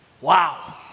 Wow